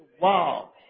Wow